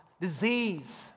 disease